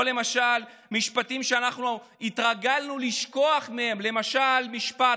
או למשל משפטים שהתרגלנו לשכוח מהם, למשל המשפט: